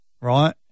Right